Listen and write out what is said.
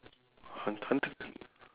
hunt~ hunter